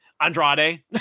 Andrade